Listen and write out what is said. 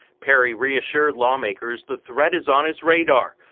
perry reassured lawmakers the threat is on his radar.